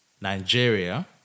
Nigeria